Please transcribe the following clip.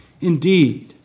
indeed